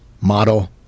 model